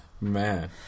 man